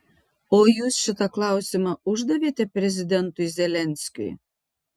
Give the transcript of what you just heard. o jūs šitą klausimą uždavėte prezidentui zelenskiui